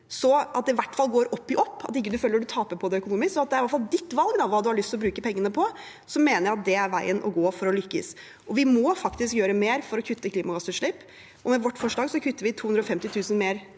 slik at det i hvert fall går opp i opp, at man ikke føler at man taper på det økonomisk, at det i hvert fall er ditt valg hva du har lyst til å bruke pengene på, så mener jeg det er veien å gå for å lykkes. Vi må faktisk gjøre mer for å kutte klimagassutslipp, og med vårt forslag kutter vi 250 000 tonn